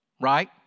Right